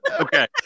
Okay